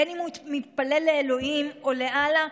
בין אם הוא מתפלל לאלוהים או לאללה,